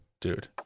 dude